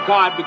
God